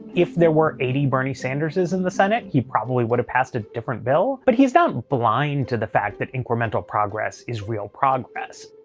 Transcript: if there were eighty bernie sanders' in and the senate, he probably would've passed a different bill. but he's not blind to the fact that incremental progress is real progress.